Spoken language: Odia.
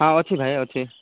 ହଁ ଅଛି ଭାଇ ଅଛି